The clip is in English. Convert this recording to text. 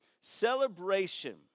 Celebration